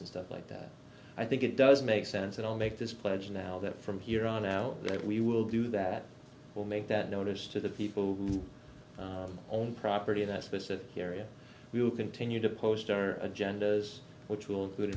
and stuff like that i think it does make sense that all make this pledge now that from here on out that we will do that will make that notice to the people who own property that specific area we will continue to post our agendas which will good